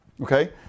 Okay